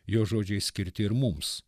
jo žodžiai skirti ir mums